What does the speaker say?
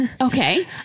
Okay